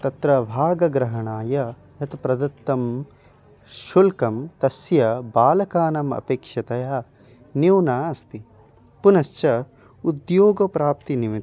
तत्र भागग्रहणाय यत् प्रदत्तं शुल्कं तस्य बालकानाम् अपेक्षतया न्यूना अस्ति पुनश्च उद्योगप्राप्तेः निमित्तम्